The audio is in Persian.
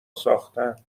ساختن